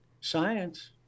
science